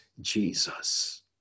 jesus